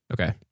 Okay